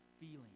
feeling